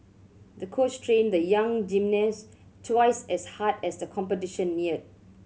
the coach trained the young gymnast twice as hard as the competition neared